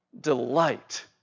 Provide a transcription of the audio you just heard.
delight